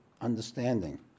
understanding